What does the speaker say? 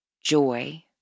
joy